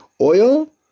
oil